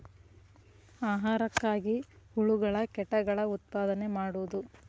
ಆಹಾರಕ್ಕಾಗಿ ಹುಳುಗಳ ಕೇಟಗಳ ಉತ್ಪಾದನೆ ಮಾಡುದು